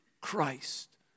Christ